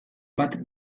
bat